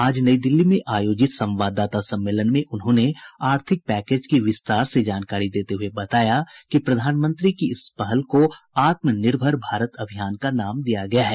आज नई दिल्ली में आयोजित संवाददाता सम्मेलन में उन्होंने आर्थिक पैकेज की विस्तार से जानकारी देते हुए बताया कि प्रधानमंत्री की इस पहल को आत्मनिर्भर भारत अभियान का नाम दिया गया है